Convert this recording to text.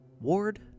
Ward